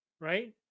Right